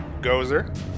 Gozer